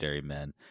men